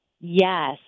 Yes